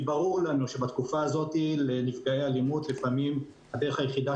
ברור לנו שבתקופה הזאת לפעמים הדרך היחידה